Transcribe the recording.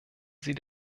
sie